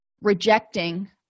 rejecting